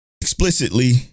Explicitly